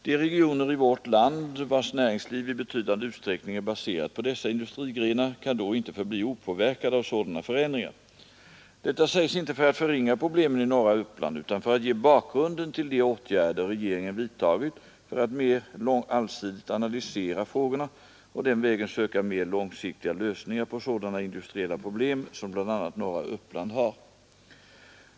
De regioner i vårt land vars näringsliv i betydande utsträckning är baserat på dessa industrigrenar kan då inte förbli opåverkade av sådana Detta sägs inte för att förringa problemen i norra Uppland utan för att ge bakgrunden till de åtgärder regeringen vidtagit för att mer allsidigt analysera frågorna och den vägen söka mer långsiktiga lösningar på sådana industriella problem som bl.a. norra Uppland har.